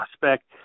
prospect